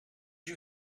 you